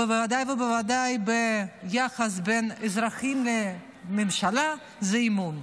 בוודאי ובוודאי ביחס בין אזרחים לממשלה, הוא אמון.